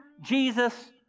Jesus